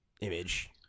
image